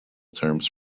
terms